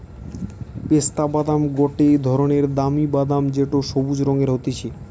পেস্তা বাদাম গটে ধরণের দামি বাদাম যেটো সবুজ রঙের হতিছে